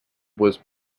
was